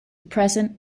present